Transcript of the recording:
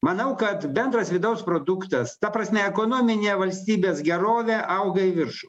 manau kad bendras vidaus produktas ta prasme ekonominė valstybės gerovė auga į viršų